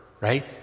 right